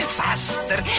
faster